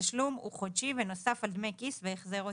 התשלום הוא חודשי ונוסף על דמי כיס והחזר הוצאות,